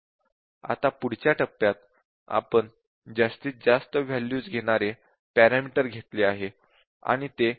आता पुढच्या टप्प्यात आपण जास्तीत जास्त वॅल्यूज घेणारे पॅरामीटर घेतले आहे आणि ते अरेन्ज केले आहे